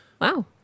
Wow